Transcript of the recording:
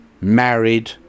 married